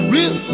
Real